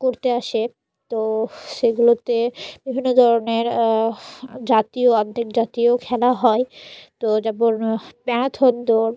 করতে আসে তো সেগুলোতে বিভিন্ন ধরনের জাতীয় আন্তর্জাতীয় খেলা হয় তো যেমন ম্যারাথন দৌড়